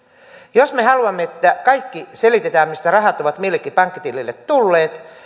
jos me haluamme että kaikki selitetään mistä rahat ovat millekin pankkitilille tulleet